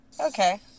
Okay